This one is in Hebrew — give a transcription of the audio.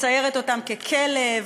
מציירים אותם ככלב,